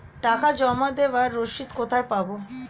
টাকা জমা দেবার রসিদ কোথায় পাব?